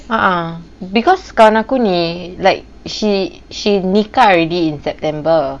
a'ah because kawan aku ni like she she nikah already in september